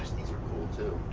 these are cool too.